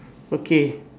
okay